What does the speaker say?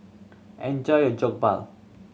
enjoy your Jokbal